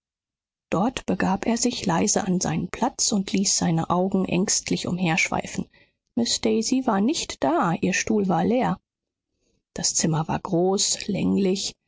dort begab er sich leise an seinen platz und ließ seine augen ängstlich umherschweifen miß daisy war nicht da ihr stuhl war leer das zimmer war groß länglich